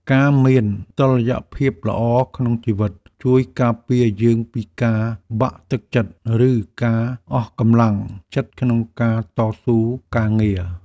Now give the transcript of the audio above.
ការមានតុល្យភាពល្អក្នុងជីវិត ជួយការពារយើងពីការបាក់ទឹកចិត្ត ឬការអស់កម្លាំងចិត្តក្នុងការតស៊ូការងារ។